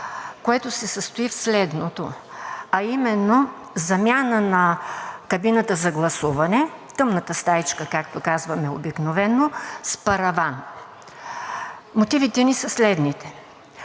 което се състои в следното, а именно: замяна на кабината за гласуване – тъмната стаичка, както казваме обикновено, с параван. Мотивите ни са следните: